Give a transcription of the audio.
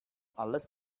alles